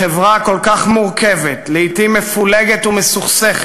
בחברה כל כך מורכבת, לעתים מפולגת ומסוכסכת,